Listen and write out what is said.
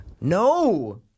No